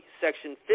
Section